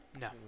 No